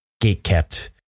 gatekept